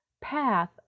path